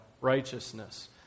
righteousness